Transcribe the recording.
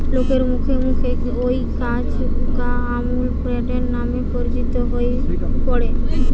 লোকের মুখে মুখে অউ কাজ গা আমূল প্যাটার্ন নামে পরিচিত হই পড়ে